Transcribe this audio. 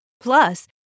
Plus